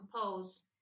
compose